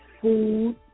food